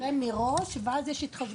העולה צריך לשלם מראש, ואז יש התחשבנות.